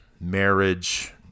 marriage